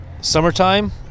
Summertime